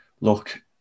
look